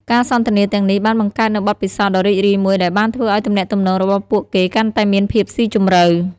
ការសន្ទនាទាំងនេះបានបង្កើតនូវបទពិសោធន៍ដ៏រីករាយមួយដែលបានធ្វើឲ្យទំនាក់ទំនងរបស់ពួកគេកាន់តែមានភាពស៊ីជម្រៅ។